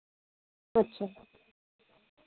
अच्छा